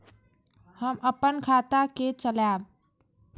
हम अपन खाता के चलाब?